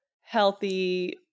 healthy